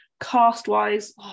Cast-wise